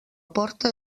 porta